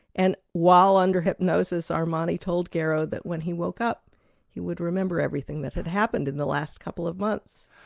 and while under hypnosis armani told garrow that when he woke up he would remember everything that had happened in the last couple of months.